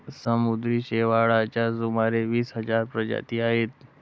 समुद्री शेवाळाच्या सुमारे वीस हजार प्रजाती आहेत